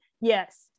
Yes